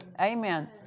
Amen